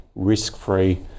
risk-free